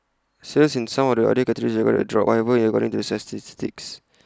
sales in some of the other categories recorded A drop however categories to the statistics